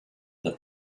that